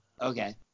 Okay